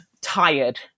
tired